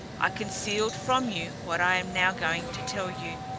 i concealed from you what i am now going to tell you.